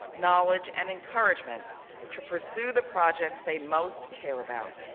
knowledge and encouragement to pursue the projects they most care about.